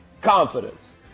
confidence